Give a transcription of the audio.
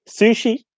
sushi